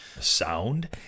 sound